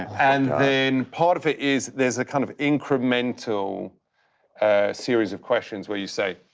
and then part of it is there's a kind of incremental series of questions where you say,